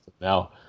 now